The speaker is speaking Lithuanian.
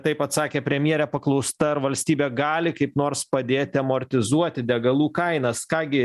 taip atsakė premjerė paklausta ar valstybė gali kaip nors padėti amortizuoti degalų kainas ką gi